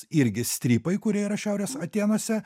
irgi strypai kurie yra šiaurės atėnuose